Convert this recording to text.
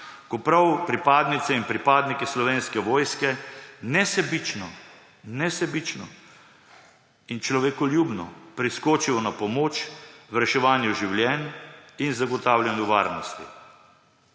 ko prav pripadnice in pripadniki Slovenske vojske nesebično in človekoljubno priskočijo na pomoč v reševanju življenj in zagotavljanju varnosti.